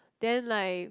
then like